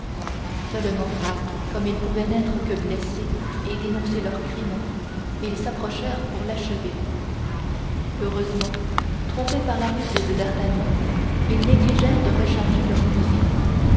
seulement comme il pouvait n'être que blessé et dénoncer leur crime ils s'approchèrent pour l'achever heureusement trompés par la ruse de d'artagnan ils négligèrent de recharger leurs fusils